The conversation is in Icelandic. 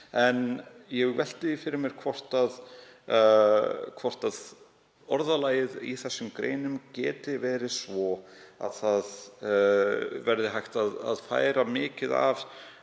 En ég velti því fyrir mér hvort orðalagið í þessum greinum geti verið svo að hægt verði að færa mikið af